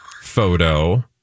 photo